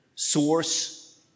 source